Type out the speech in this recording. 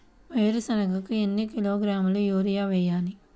వేరుశనగకు ఎన్ని కిలోగ్రాముల యూరియా వేయాలి?